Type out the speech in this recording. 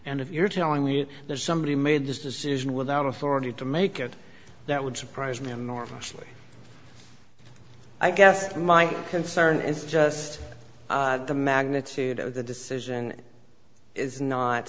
and if you're telling me that there's somebody made this decision without authority to make it that would surprise me i'm normally i guess my concern is just the magnitude of the decision is